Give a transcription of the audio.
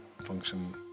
Function